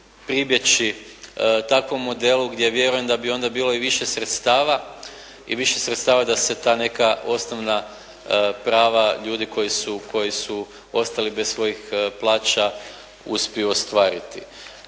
pribjeći takvom modelu gdje vjerujem da bi onda bilo i više sredstava i više sredstava da se ta neka osnovna prava ljudi koji su ostali bez svojih plaća uspiju ostvariti.